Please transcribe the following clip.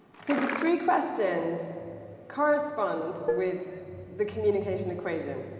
so the three questions correspond with the communication equation,